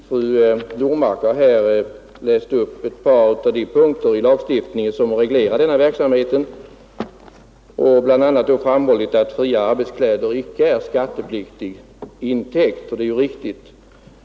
Herr talman! Fru Normark har läst upp ett par av de punkter i lagstiftningen som reglerar denna verksamhet och bl.a. framhållit att fria arbetskläder inte är skattepliktig intäkt, och det är riktigt.